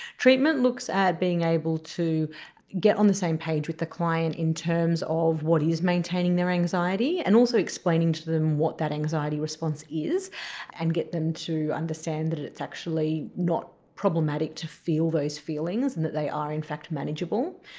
treatment looks at being able to get on the same page with the client in terms of what is maintaining their anxiety, and also explaining to them what that anxiety response is and get them to understand that it's actually not problematic to feel those feelings and that they are in fact manageable.